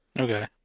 Okay